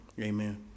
Amen